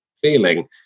feeling